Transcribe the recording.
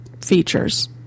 features